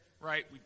right